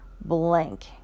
blank